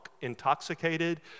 intoxicated